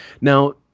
now